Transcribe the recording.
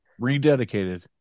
Rededicated